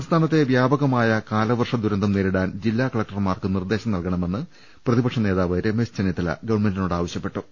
സംസ്ഥാനത്തെ വ്യാപകമായ കാലവർഷ ദുരന്തം നേരി ടാൻ ജില്ലാ കലക്ടർമാർക്ക് നിർദ്ദേശം നൽകണമെന്ന് പ്രതി പക്ഷ നേതാവ് രമേശ് ചെന്നിത്തല ഗ്ഗവൺമെന്റിനോടാവശ്യ പ്പെട്ടു